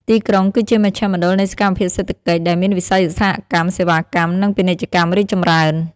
ទីក្រុងគឺជាមជ្ឈមណ្ឌលនៃសកម្មភាពសេដ្ឋកិច្ច ដែលមានវិស័យឧស្សាហកម្ម សេវាកម្ម និងពាណិជ្ជកម្មរីកចម្រើន។